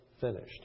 finished